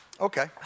Okay